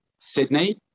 sydney